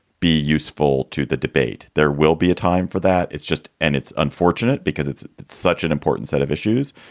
be useful to the debate. there will be a time for that. it's just and it's unfortunate because it's such an important set of issues,